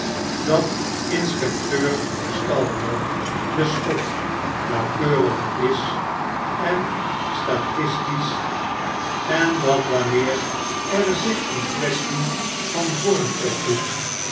dat inspecteur stalker de schot nauwkeurig is en statistisch en dat wanneer er zich een quaestie van vorm opdoet